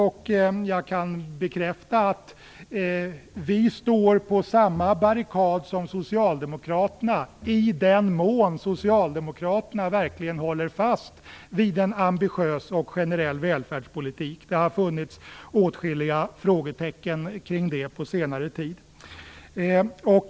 Jag kan bekräfta att vi står på samma barrikad som Socialdemokraterna i den mån Socialdemokraterna verkligen håller fast vid en ambitiös och generell välfärdspolitik. Det har funnits åtskilliga frågetecken kring det på senare tid.